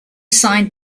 signed